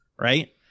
right